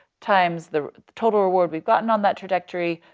times the total reward we've gotten on that trajectory,